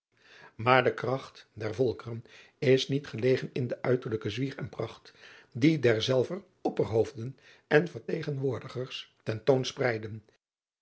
aurits ijnslager kracht der volkeren is niet gelegen in de uiterlijke zwier en pracht die derzelver pperhoofden en ertegenwoordigers